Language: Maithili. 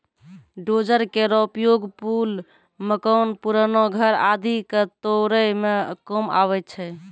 डोजर केरो उपयोग पुल, मकान, पुराना घर आदि क तोरै म काम आवै छै